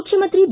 ಮುಖ್ಯಮಂತ್ರಿ ಬಿ